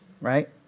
right